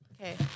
Okay